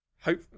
Hope